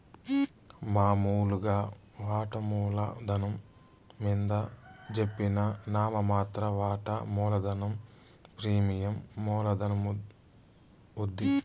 మామూలుగా వాటామూల ధనం మింద జెప్పిన నామ మాత్ర వాటా మూలధనం ప్రీమియం మూల ధనమవుద్ది